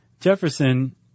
Jefferson